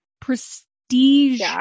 prestige